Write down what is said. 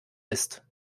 ist